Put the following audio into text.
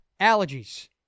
Allergies